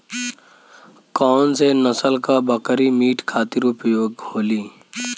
कौन से नसल क बकरी मीट खातिर उपयोग होली?